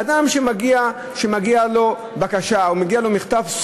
אדם שמגיעים אליו בקשה או מכתב,